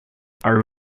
are